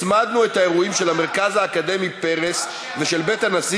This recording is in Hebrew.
הצמדנו את האירועים של המרכז האקדמי פרס ושל בית הנשיא